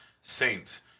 Saints